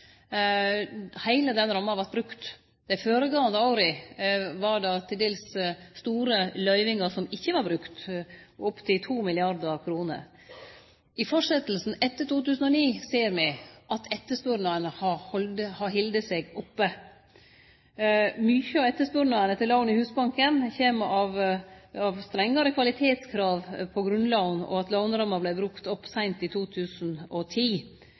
Heile den ramma vart brukt. Dei føregåande åra var det til dels store løyvingar som ikkje var vortne brukte, opptil 2 mrd. kr. I fortsetjinga, etter 2009, ser me at etterspurnaden har halde seg oppe. Mykje av etterspurnaden etter lån i Husbanken kjem av strengare kvalitetskrav på grunnlag av at låneramma vart brukt opp seint i 2010.